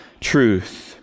truth